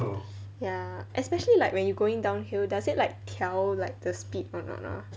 ya especially like when you going downhill does it like 调 like the speed a not ah